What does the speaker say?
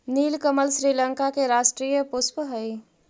नीलकमल श्रीलंका के राष्ट्रीय पुष्प हइ